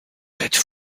êtes